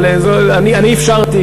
אבל אני אפשרתי,